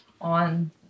on